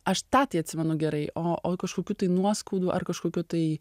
aš tą atsimenu gerai o o kažkokių tai nuoskaudų ar kažkokių tai